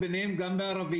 דוברי ערבית,